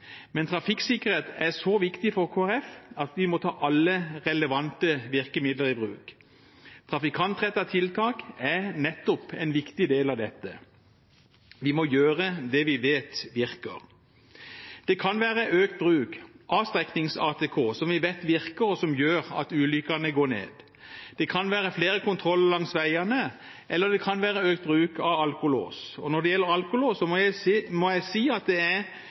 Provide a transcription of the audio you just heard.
Men trafikksikkerhet er så viktig for Kristelig Folkeparti at vi må ta alle relevante virkemidler i bruk. Trafikantrettede tiltak er nettopp en viktig del av dette. Vi må gjøre det vi vet virker. Det kan være økt bruk av streknings-ATK, som vi vet virker, og som gjør at ulykkene går ned. Det kan være flere kontroller langs veiene, eller det kan være økt bruk av alkolås. Og når det gjelder alkolås, må jeg si det er leit å se at